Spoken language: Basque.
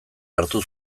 hartu